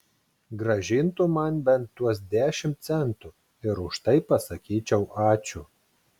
grąžintų man bent tuos dešimt centų ir už tai pasakyčiau ačiū